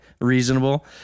reasonable